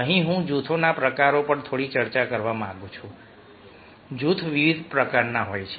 અહીં હું જૂથોના પ્રકારો પર થોડી ચર્ચા કરવા માંગુ છું જૂથો વિવિધ પ્રકારના હોય છે